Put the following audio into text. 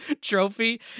trophy